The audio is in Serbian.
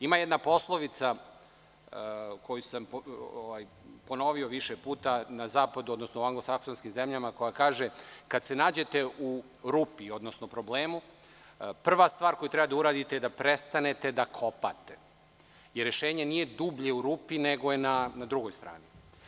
Ima jedna poslovica, koju sam ponovio više puta, na zapadu, odnosno u anglosaksonskim zemljama, koja kaže – kada se nađete u rupi, odnosno problemu, prva stvar koju treba da uradite je da prestanete da kopate, jer rešenje nije dublje u rupi, nego je na drugoj strani.